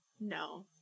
no